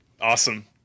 awesome